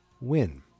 win